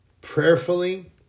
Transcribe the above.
prayerfully